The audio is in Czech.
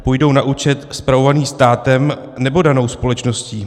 Půjdou na účet spravovaný státem, nebo danou společností?